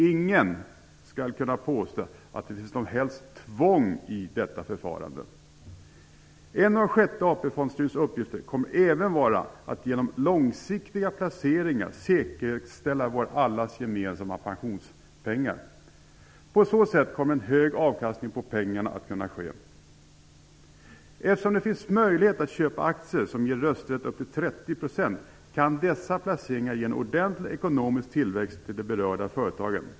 Ingen skall kunna påstå att det finns något som helst tvång i detta förfarande. En av sjätte fondstyrelsens uppgifter kommer att vara att genom långsiktiga placeringar säkerställa allas våra gemensamma pensionspengar. På så sätt kommer en hög avkastning på pengarna att kunna åstadkommas. Eftersom det finns möjlighet att köpa aktier som ger rösträtt upp till 30 %, kan dessa placeringar ge en ordentlig ekonomisk tillväxt för de berörda företagen.